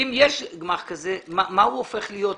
אם יש גמ"ח כזה, מה הוא הופך להיות מבחינתכם?